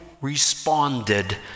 responded